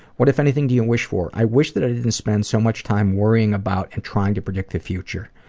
what, if anything, do you wish for? i wish that i didn't spend so much time worrying about and trying to predict the future.